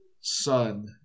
son